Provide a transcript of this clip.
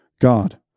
God